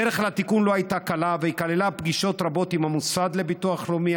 הדרך לתיקון לא הייתה קלה והיא כללה פגישות רבות עם המוסד לביטוח לאומי,